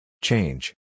Change